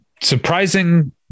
surprising